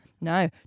No